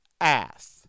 ass